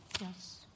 Yes